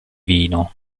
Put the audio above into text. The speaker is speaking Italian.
vino